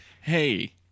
Hey